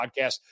podcast